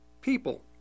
people